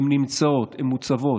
הן נמצאות, הן מוצבות.